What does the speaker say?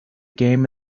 game